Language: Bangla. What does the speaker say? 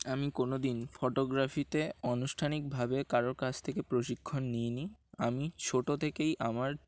আমি কোনো দিন ফটোগ্রাফিতে আনুষ্ঠানিকভাবে কারোর কাছ থেকে প্রশিক্ষণ নিইনি আমি ছোটো থেকেই আমার